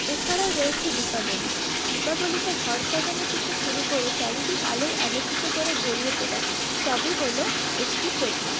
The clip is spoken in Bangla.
এছাড়াও রয়েছে দীপাবলি দীপাবলিতে ঘর সাজানো থেকে শুরু করে চারিদিক আলোয় আলোকিত করে ভরিয়ে তোলা সবই হল একটি প্রথা